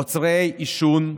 מוצרי עישון,